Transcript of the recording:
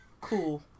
Cool